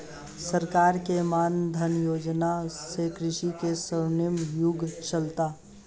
सरकार के मान धन योजना से कृषि के स्वर्णिम युग चलता